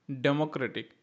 democratic